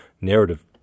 narrative